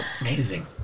Amazing